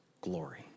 glory